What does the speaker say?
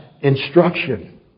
instruction